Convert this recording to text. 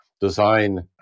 design